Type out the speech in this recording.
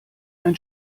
ein